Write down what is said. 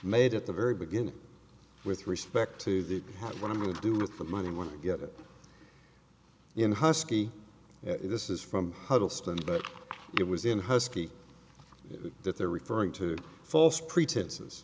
made at the very beginning with respect to the what i'm going to do with the money when i get it in husky this is from huddleston but it was in husky that they're referring to false pretenses